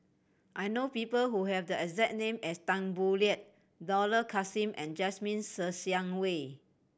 I know people who have the exact name as Tan Boo Liat Dollah Kassim and Jasmine Ser Xiang Wei